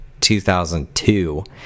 2002